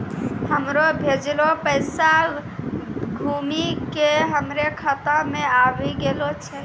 हमरो भेजलो पैसा घुमि के हमरे खाता मे आबि गेलो छै